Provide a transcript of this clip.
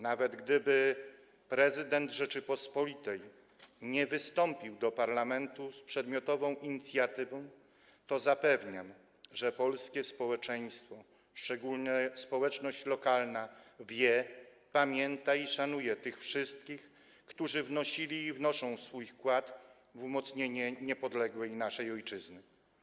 Nawet gdyby prezydent Rzeczypospolitej nie wystąpił do parlamentu z przedmiotową inicjatywą, to zapewniam, że polskie społeczeństwa, szczególnie społeczność lokalna, wie, pamięta i szanuje tych wszystkich, którzy wnosili i wnoszą swój wkład w umocnienie naszej niepodległej ojczyzny.